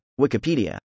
Wikipedia